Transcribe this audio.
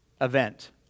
event